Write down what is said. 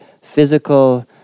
physical